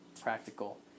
practical